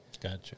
Gotcha